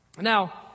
Now